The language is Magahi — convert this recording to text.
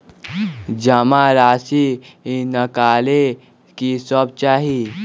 जमा राशि नकालेला कि सब चाहि?